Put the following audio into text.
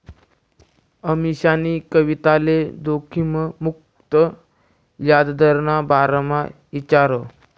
अमीशानी कविताले जोखिम मुक्त याजदरना बारामा ईचारं